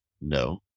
no